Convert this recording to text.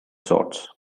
sorts